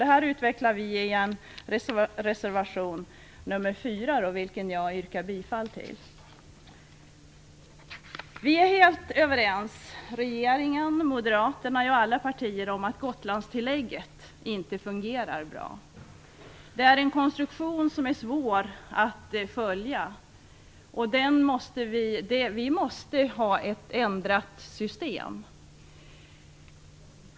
Det här utvecklar vi i reservation 4, vilken jag yrkar bifall till. Vi är helt överens - regeringen, Moderaterna, alla partier - om att Gotlandstillägget inte fungerar bra. Det är en konstruktion som är svår att följa, och vi måste se till att ändra systemet.